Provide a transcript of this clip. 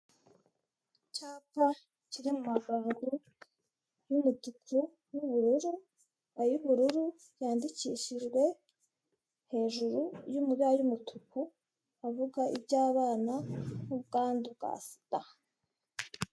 Icyapa kiri mu magambo y'umutuku n'ubururu ay'ubururu yandikishijwe hejuru iri mu mabara y'umutuku avuga iby'abana n'ubwandu bwa SIDA.